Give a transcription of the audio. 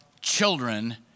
children